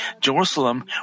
Jerusalem